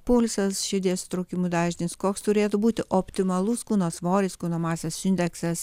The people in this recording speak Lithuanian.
pulsas širdies susitraukimų dažnis koks turėtų būti optimalus kūno svoris kūno masės indeksas